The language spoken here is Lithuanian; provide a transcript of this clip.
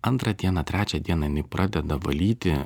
antrą dieną trečią dieną jinai pradeda valyti